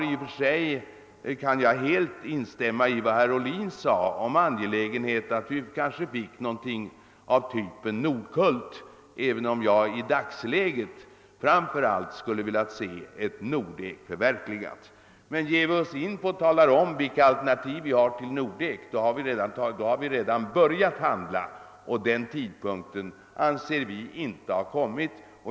I och för sig kan jag helt instämma i vad herr Ohlin sade om angelägenheten av att kunna få någonting av typen >Nordkult>, även om jag i dagsläget framför allt skulle ha velat se Nordek förverkligat. Men ger vi oss in på att tala om, vilka alternativ vi har till Nordek, då har vi redan börjat handla, och tidpunkten för det anser vi inte ha kommit.